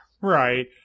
Right